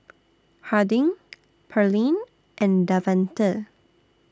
Harding Pearline and Davante